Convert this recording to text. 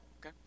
Okay